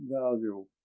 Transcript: value